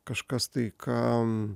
kažkas tai ką